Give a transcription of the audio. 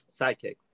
Sidekicks